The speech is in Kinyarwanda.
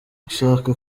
ushaka